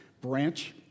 branch